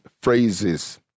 phrases